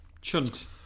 Chunt